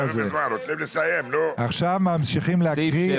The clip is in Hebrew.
עכשיו ממשיכים להקריא.